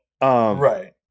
right